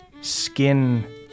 skin